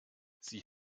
sie